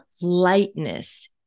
lightness